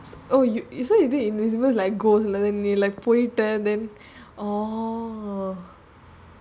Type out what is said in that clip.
oh you you so you think invisible like ghost like that like then oh